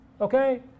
Okay